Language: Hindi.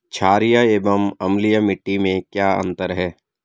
छारीय एवं अम्लीय मिट्टी में क्या अंतर है?